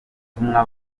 butumwa